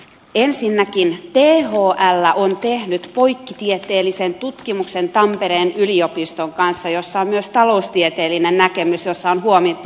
ensinnäkin thl on tehnyt poikkitieteellisen tutkimuksen tampereen yliopiston kanssa jossa on myös taloustieteellinen näkemys jossa on huomioitu hintajoustoa